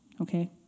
Okay